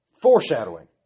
foreshadowing